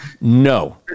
No